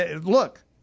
look